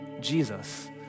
Jesus